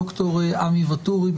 דוקטור עמי וטורי,